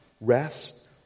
rest